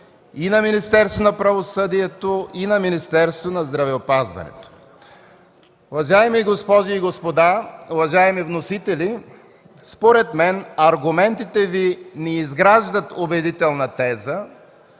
на Министерството на правосъдието и на Министерството на здравеопазването. Уважаеми госпожи и господа, уважаеми вносители! Според мен аргументите Ви не изграждат убедителна теза,